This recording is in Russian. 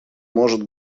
может